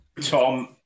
Tom